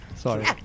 Sorry